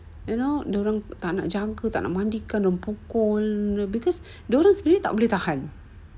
you know dia orang tak nak jaga tak nak mandikan dia orang pukul because dia orang sendiri tak boleh tahan